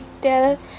tell